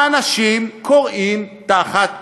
האנשים כורעים תחת הנטל,